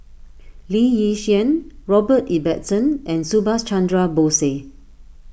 Lee Yi Shyan Robert Ibbetson and Subhas Chandra Bose